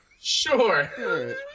Sure